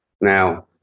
Now